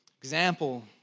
Example